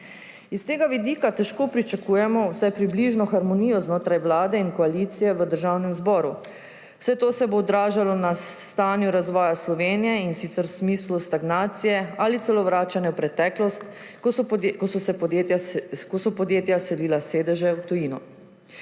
S tega vidika težko pričakujemo vsaj približno harmonijo znotraj vlade in koalicije v Državnem zboru. Vse to se bo odražalo v stanju razvoja Slovenije, in sicer v smislu stagnacije ali celo vračanja v preteklost, ko so podjetja selila sedeže v tujino.